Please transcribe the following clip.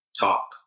Talk